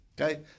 Okay